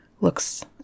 looks